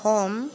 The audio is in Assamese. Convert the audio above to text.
অসম